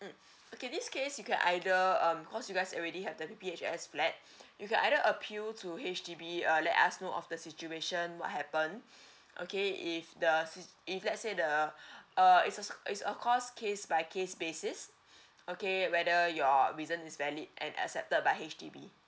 mm okay this case you can either um cause you guys already have the P P H S flat you can either appeal to H_D_B uh let us know of the situation what happen okay if the c~ if let's say the uh is also is of course case by case basis okay whether your reason is valid and accepted by H_D_B